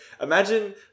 imagine